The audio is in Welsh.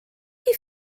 chi